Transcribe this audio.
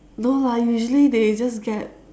no lah usually they just get